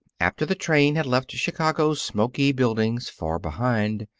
after the train had left chicago's smoky buildings far behind,